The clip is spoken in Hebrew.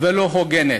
ולא הוגנת.